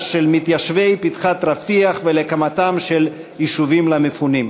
של מתיישבי פתחת-רפיח ולהקמתם של יישובים למפונים.